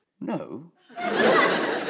No